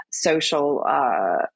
social